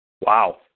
Wow